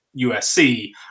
USC